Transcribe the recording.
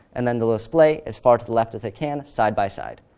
and then they will display as far to the left as they can, side by side.